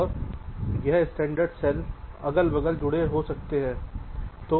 तो यह standard cell अगल बगल जुड़े हो सकता है